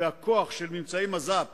והכוח של ממצאי מז"פ